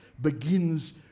begins